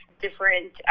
different